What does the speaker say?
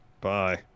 Bye